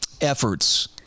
efforts